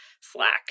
Slack